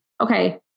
okay